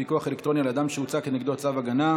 פיקוח אלקטרוני על אדם שהוצא כנגדו צו הגנה),